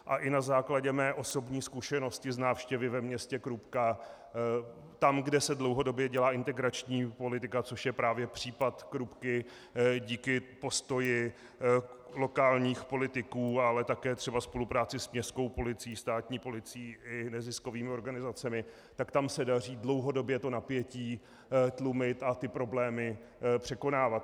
A i na základě své osobní zkušenosti z návštěvy ve městě Krupka tam, kde se dlouhodobě dělá integrační politika, což je právě případ Krupky díky postoji lokálních politiků, ale také třeba spolupráce s městskou policií, státní policií i neziskovými organizacemi, tak tam se daří dlouhodobě to napětí tlumit a problémy překonávat.